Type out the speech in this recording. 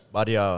Maria